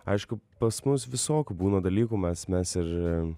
aišku pas mus visokių būna dalykų mes mes ir